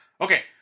Okay